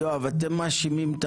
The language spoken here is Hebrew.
הייתי שמח אם היינו מצביעים עכשיו,